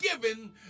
given